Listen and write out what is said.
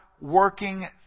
working